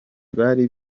bari